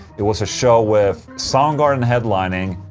it was a show with soundgarden headlining.